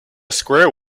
square